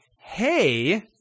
hey